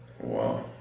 Wow